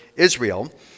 Israel